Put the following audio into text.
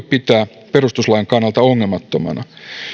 pitää perustuslain kannalta ongelmattomana